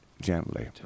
gently